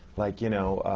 like, you know,